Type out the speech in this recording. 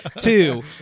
Two